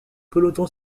peloton